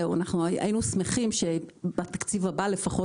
היינו שמחים שבתקציב הבא לפחות,